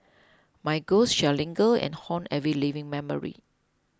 my ghost shall linger and haunt every living memory